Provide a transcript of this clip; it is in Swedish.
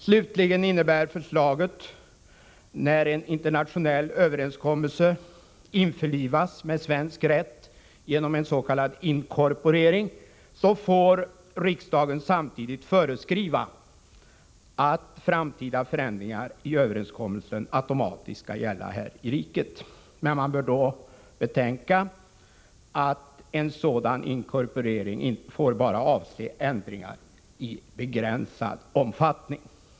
Slutligen innebär förslaget att när en internationell överenskommelse införlivas med svensk rätt genom s.k. inkorporering riksdagen samtidigt får föreskriva att framtida förändringar i överenskommelsen automatiskt skall gälla här i riket. Man bör då betänka att en sådan inkorporering bara får avse ändringar av begränsad omfattning.